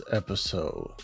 episode